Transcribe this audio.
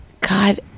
God